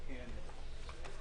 הישיבה ננעלה בשעה